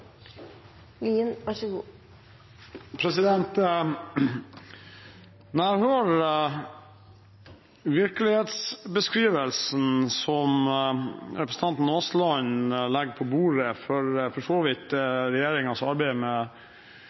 virkelighetsbeskrivelsen som representanten Aasland legger på bordet – for så vidt er regjeringens arbeid med